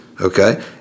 okay